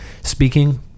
speaking